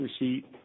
receipt